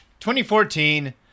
2014